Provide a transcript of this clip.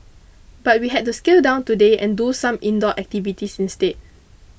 but we had to scale down today and do some indoor activities instead